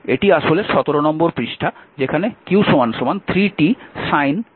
এটি আসলে 17 নম্বর পৃষ্ঠা যেখানে q 3t sin milli coulomb হিসাবে দেওয়া হয়েছে